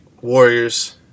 Warriors